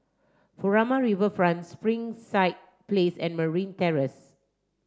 Furama Riverfront Springside Place and Merryn Terrace